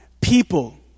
People